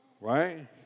right